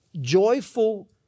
joyful